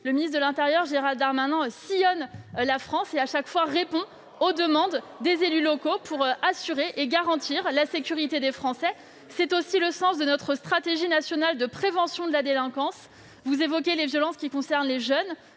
le ministre de l'intérieur, Gérald Darmanin, sillonne la France et répond aux demandes des élus locaux pour garantir la sécurité des Français. C'est aussi le sens de notre stratégie nationale de prévention de la délinquance. Vous évoquez les violences qui concernent les jeunes